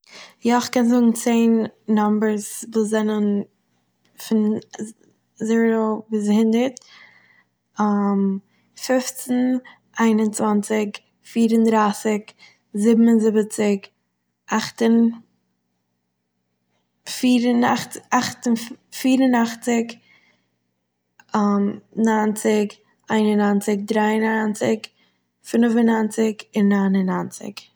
יא, איך קען זאגן צען נאמבערס וואס זענען פון זירא ביז הונדערט: פופצן, איין-און-צוואנציג, פיר-און-דרייסיג, זיבן-און-זיבעציג, אכט-און- פיר-און-אכציג, אכט און- פיר-און-אכציג, ניינציג, איין-און-ניינציג, דריי-און-ניינציג, פינף-און-ניינציג, און ניין-און-ניינציג